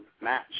Match